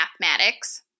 mathematics